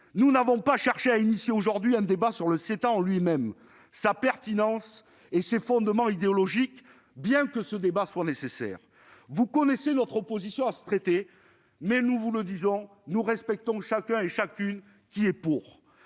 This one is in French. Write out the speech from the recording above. nous n'avons pas cherché à lancer, aujourd'hui, un débat sur le CETA lui-même, sur sa pertinence et ses fondements idéologiques, bien que ce débat soit nécessaire. Vous connaissez notre opposition à ce traité, mais nous respectons tous ceux qui y sont